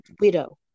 widow